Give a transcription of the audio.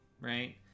right